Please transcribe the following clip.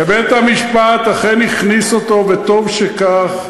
ובית-המשפט אכן הכניס אותו, וטוב שכך.